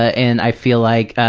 ah and i feel like,